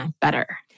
better